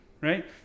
right